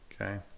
okay